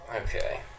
Okay